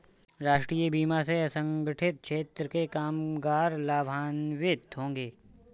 राष्ट्रीय बीमा से असंगठित क्षेत्र के कामगार लाभान्वित होंगे